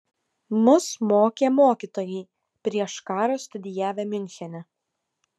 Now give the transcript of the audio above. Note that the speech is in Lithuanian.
mus mokė mokytojai prieš karą studijavę miunchene